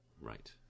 Right